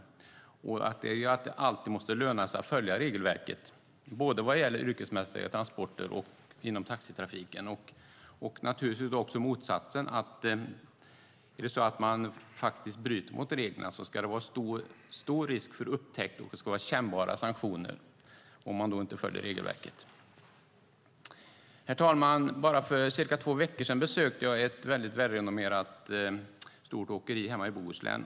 Den är att det alltid måste löna sig att följa regelverket, både när det gäller yrkesmässiga transporter och inom taxitrafiken. Naturligtvis gäller också motsatsen. Är det så att man faktiskt bryter mot reglerna ska det vara stor risk för upptäckt, och det ska vara kännbara sanktioner om man inte följer regelverket. Herr talman! För bara cirka två veckor sedan besökte jag ett välrenommerat stort åkeri hemma i Bohuslän.